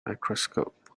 microscope